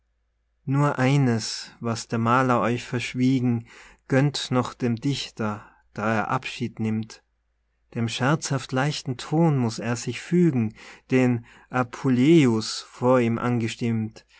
nur eines was der maler euch verschwiegen gönnt noch dem dichter da er abschied nimmt dem scherzhaft leichten ton mußt er sich fügen den apulejus vor ihm angestimmt